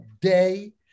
day